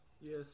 Yes